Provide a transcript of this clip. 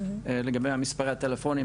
לגבי מספר הטלפון,